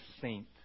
saint